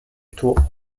tour